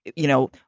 you know,